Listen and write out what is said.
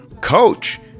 coach